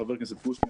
חבר הכנסת קושניר,